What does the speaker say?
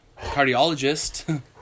cardiologist